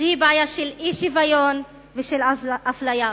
שהיא בעיה של אי-שוויון ושל אפליה.